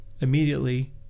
immediately